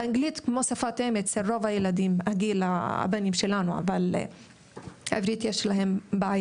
האנגלית שם היא כמו שפת אם אצל רוב הילדים אבל עם עברית יש להם בעיה.